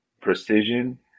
precision